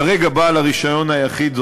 כרגע בעל הרישיון היחיד הוא